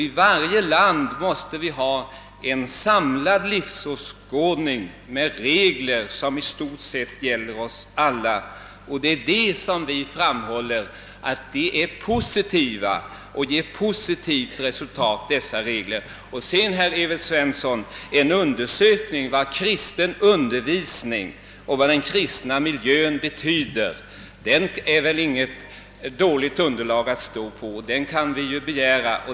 I varje land måste vi ha en samlad livsåskådning med regler som i stort sett gäller oss alla. Vi framhåller att sådana regler ger positivt resultat. En undersökning om vad kristen undervisning och kristen miljö betyder är väl, herr Svensson i Kungälv, inget dåligt underlag att stå på? En sådan undersökning kan vi begära.